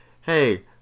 hey